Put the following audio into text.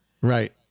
Right